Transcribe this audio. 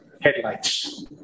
headlights